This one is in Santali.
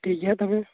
ᱴᱷᱤᱠ ᱜᱮᱭᱟ ᱦᱟᱸᱜ ᱛᱟᱞᱦᱮ